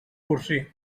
cursi